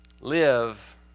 Live